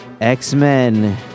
X-Men